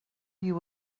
you